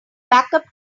backup